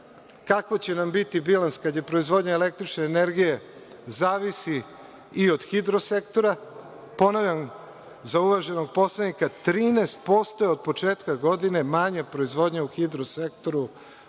Kako će nam biti bilans kad je proizvodnja električne energije u pitanju, zavisi i od hidrosektora. Ponavljam, za uvaženog poslanika, 13% je od početka godine manja proizvodnja u hidrosektoru